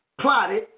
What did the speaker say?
plotted